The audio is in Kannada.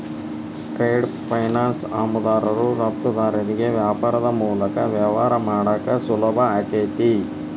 ಟ್ರೇಡ್ ಫೈನಾನ್ಸ್ ಆಮದುದಾರರು ರಫ್ತುದಾರರಿಗಿ ವ್ಯಾಪಾರದ್ ಮೂಲಕ ವ್ಯವಹಾರ ಮಾಡಾಕ ಸುಲಭಾಕೈತಿ